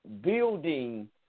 building